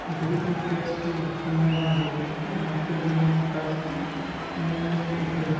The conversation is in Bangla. যদি কুনো ট্যাক্স ঠিক সময়ে না ভোরতে পারো, মাফীর বিনিময়ও ট্যাক্স অ্যামনেস্টি দিতে হয়